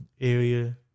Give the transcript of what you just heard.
area